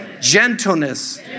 Gentleness